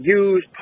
use